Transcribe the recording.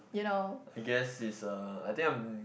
I guess it's a I think I'm